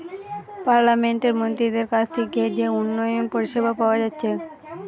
পার্লামেন্টের মন্ত্রীদের কাছ থিকে যে উন্নয়ন পরিষেবা পাওয়া যাচ্ছে